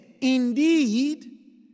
indeed